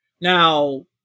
Now